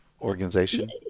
organization